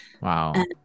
Wow